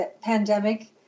pandemic